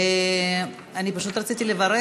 אוקיי.